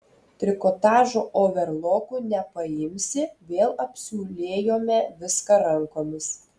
trikotažo overloku nepaimsi vėl apsiūlėjome viską rankomis